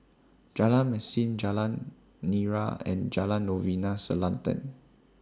Jalan Mesin Jalan Nira and Jalan Novena Selatan